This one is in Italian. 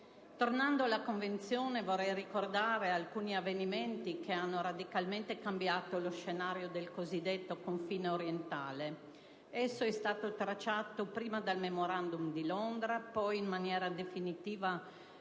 Tornando alla Convenzione, vorrei ricordare alcuni avvenimenti che hanno radicalmente cambiato lo scenario del cosiddetto confine orientale. Esso è stato tracciato prima dal *Memorandum* di Londra e poi in maniera definitiva